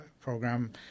program